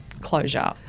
closure